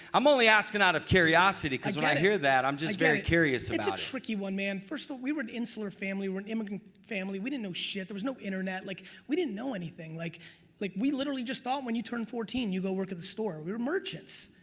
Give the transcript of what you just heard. i'm only asking out of curiosity because when i hear that i'm just very curious about it. it's a tricky one, man. first of all we were an insular family, we're an immigrant family. we didn't know shit. there was no internet, like we didn't know anything. like like we literally just thought when you turn fourteen, you go work at the store. we were merchants,